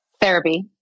Therapy